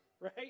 right